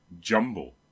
jumble